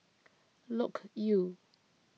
Loke Yew